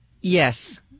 Yes